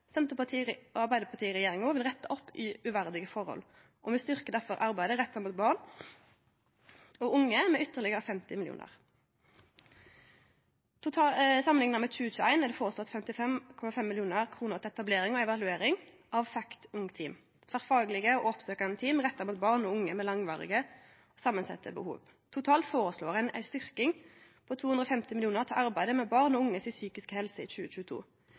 og unge. Arbeidarparti–Senterparti-regjeringa vil rette opp i uverdige forhold, og me styrkjer difor arbeidet retta mot barn og unge med ytterlegare 50 mill. kr. Samanlikna med 2021 er det føreslått 55,5 mill. kr til etablering og evaluering av FACT ung-team, tverrfaglege og oppsøkjande team retta mot barn og unge med langvarige, samansette behov. Totalt føreslår me ei styrking på 250 mill. kr til arbeidet med den psykiske helsa til barn og unge i 2022. I